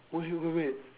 wait wait wait wait